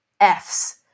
Fs